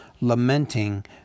lamenting